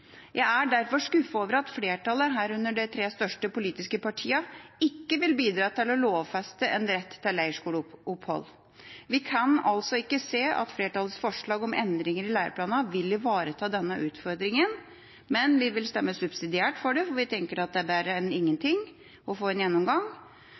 Jeg er derfor skuffet over at flertallet, herunder de tre største politiske partiene, ikke vil bidra til å lovfeste en rett til leirskoleopphold. Vi kan altså ikke se at flertallets forslag om endringer i læreplanene vil ivareta denne utfordringa, men vi vil stemme subsidiært for det, for vi tenker det er bedre enn